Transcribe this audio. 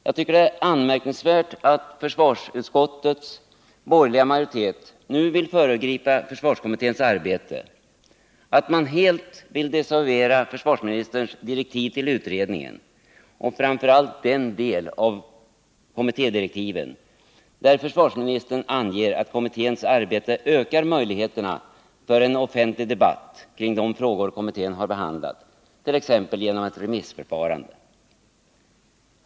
Jag tycker att det är anmärkningsvärt att försvarsutskottets borgerliga majoritet nu vill föregripa försvarskommitténs arbete och att man helt vill desavouera försvarsministerns direktiv till utredningen och framför allt den del av kommittédirektiven där försvarsministern anger att kommitténs arbete ökar möjligheterna för en offentlig debatt kring de frågor kommittén har behandlat, t.ex. genom ett remissförfarande.